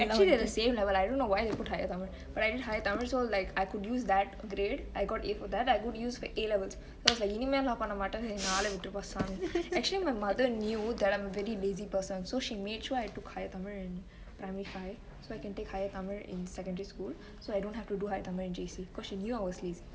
actually they're the same level I don't know why they put higher tamil but I did higher tamil so I could use that grade I got A for that I could use for A levels cause இனிமேல் நா பன்ன மாட்ட என்ன ஆல விட்டுருப்பா சாமி:inimel naa panne maate enne aale viturupaa saami actually my mother knew I'm a very lazy person so she made sure I took higher tamil in primary five so I could take higher tamil in secondary school so I don't have to do higher tamil in J_C cause she knew I was lazy